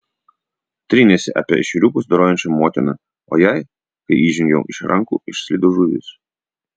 trynėsi apie ešeriukus dorojančią motiną o jai kai įžengiau iš rankų išslydo žuvis